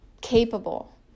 capable